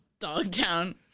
Dogtown